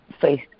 face